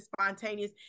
spontaneous